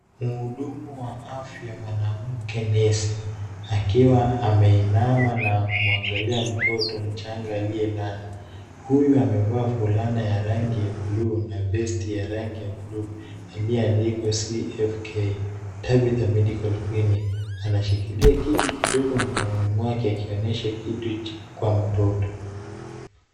Mhudumu wa afya , mwanamke nesi. Akiwa ameinama na kumwangalia mtoto mchanga aliyelala . Huyu amevaa fulana ya rangi ya blue na vest ya rangi ya blue ,iliyoandikwa CFK.Thabitha Medical Clinic .Anashikilia kitu kidogo mkononi mwake akionyesha kitu cha kwa mtoto.